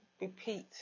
repeat